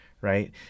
right